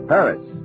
Paris